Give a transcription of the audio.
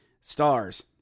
Stars